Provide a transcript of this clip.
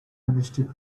understood